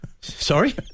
Sorry